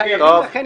וחייבים לכן,